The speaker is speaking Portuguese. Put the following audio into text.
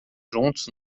juntos